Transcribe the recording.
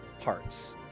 parts